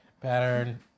pattern